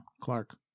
Clark